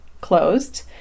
closed